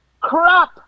crap